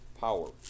power